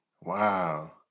Wow